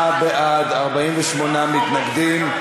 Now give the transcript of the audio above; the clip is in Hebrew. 29 בעד, 48 מתנגדים.